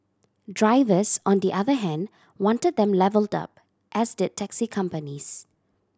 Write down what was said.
drivers on the other hand wanted them levelled up as did taxi companies